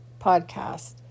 podcast